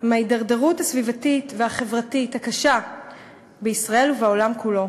מההידרדרות הסביבתית והחברתית הקשה בישראל ובעולם כולו.